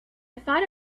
thought